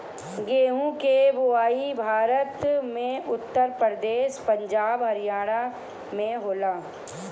गेंहू के बोआई भारत में उत्तर प्रदेश, पंजाब, हरियाणा में होला